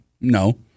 No